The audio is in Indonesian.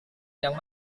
yang